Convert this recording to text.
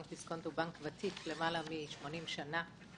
בנק דיסקונט הוא בנק ותיק, למעלה מ-80 שנה.